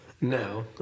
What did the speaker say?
Now